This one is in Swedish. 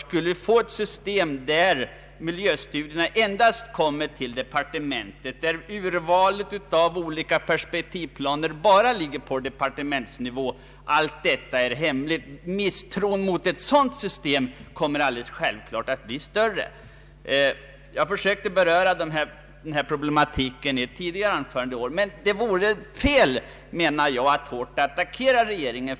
Skulle vi få ett system där miljöstudierna endast kommer till departementet, där urvalet av olika perspektivplaner ligger enbart på departementsnivå och allt detta är hemligt, kommer misstron mot ett sådant system alldeles självklart att bli ännu större. Jag har försökt att beröra denna problematik i ett tidigare anförande i år. Det vore ändå fel, menar jag, att hårt attackera regeringen.